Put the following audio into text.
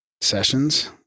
sessions